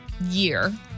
year